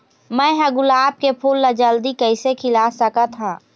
मैं ह गुलाब के फूल ला जल्दी कइसे खिला सकथ हा?